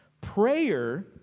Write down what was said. Prayer